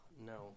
No